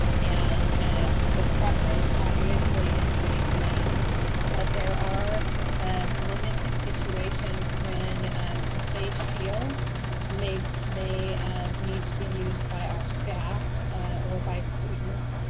and the preference obviously is face masks, but there are and limited situations when and the face shields may may and need to be used by our staff or by students.